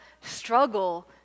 struggle